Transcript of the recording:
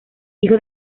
hijo